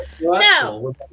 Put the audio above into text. no